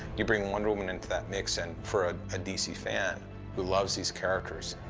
you bring wonder woman into that mix and, for a dc fan who loves these characters,